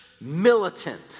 militant